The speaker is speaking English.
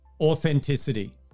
authenticity